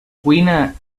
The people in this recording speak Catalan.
cuina